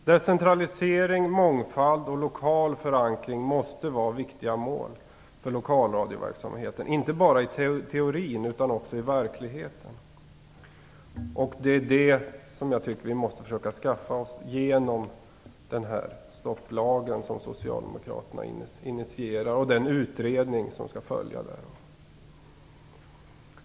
Decentralisering, mångfald och lokal förankring måste vara viktiga mål för lokalradioverksamheten inte bara i teorin utan också i verkligheten. Det är det jag tycker att vi måste försöka att skaffa oss genom den stopplag som Socialdemokraterna initierar och den utredning som skall följa därav.